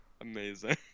Amazing